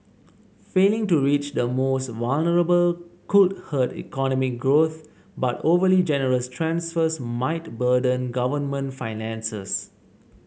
failing to reach the most vulnerable could hurt economic growth but overly generous transfers might burden government finances